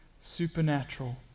supernatural